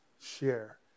share